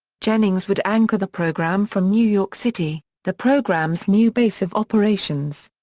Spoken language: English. jennings would anchor the program from new york city the program's new base of operations.